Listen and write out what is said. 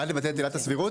בעד לבטל את עילת הסבירות?